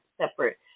separate